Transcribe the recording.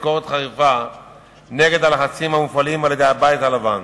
ביקורת חריפה נגד הלחצים המופעלים על-ידי הבית הלבן.